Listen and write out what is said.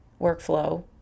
workflow